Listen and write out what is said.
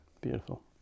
Beautiful